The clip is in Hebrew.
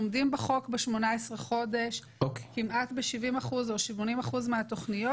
אנחנו עומדים בחוק ב-18 חודש כמעט ב-70% או 80% מהתוכניות.